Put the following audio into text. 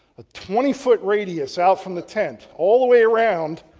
a twenty foot radius out from the tent all the way around,